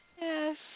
Yes